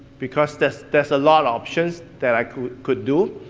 because there's there's a lot options that i could could do,